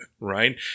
right